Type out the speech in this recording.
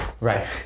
Right